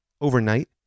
overnight